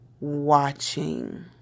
watching